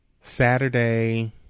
Saturday